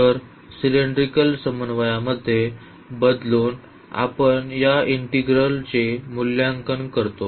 तर सिलेंड्रिकल समन्वयांमध्ये बदलून आपण या इंटीग्रल चे मूल्यांकन करतो